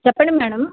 చెప్పండి మేడం